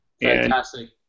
Fantastic